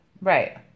Right